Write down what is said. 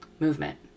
Movement